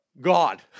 God